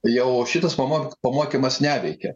jau šitas pamok pamokymas neveikia